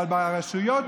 אבל בעיקר ברשויות,